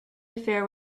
affair